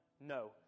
No